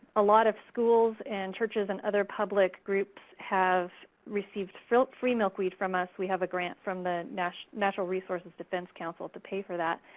a lot of schools and churches and other public groups have received free milkweed from us. we have a grant from the natural natural resources defense council to pay for that.